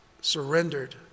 surrendered